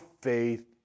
faith